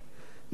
מתוקף